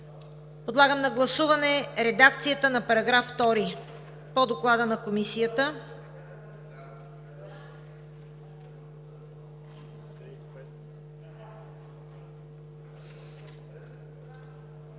Подлагам на гласуване редакцията на § 2 по Доклада на Комисията.